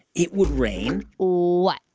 it would rain. what?